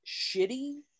shitty